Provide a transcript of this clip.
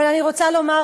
אבל אני רוצה לומר,